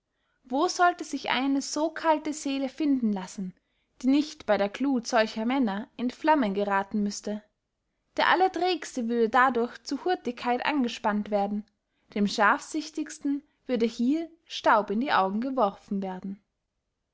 wo sollte sich eine so kalte seele finden lassen die nicht bey der glut solcher männer in flammen gerathen müßte der allerträgste würde dadurch zur hurtigkeit angespannt werden dem scharfsichtigsten würde hier staub in die augen geworfen werden